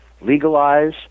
legalize